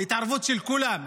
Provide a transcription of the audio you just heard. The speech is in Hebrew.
התערבות של כולם,